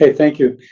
ah thank you.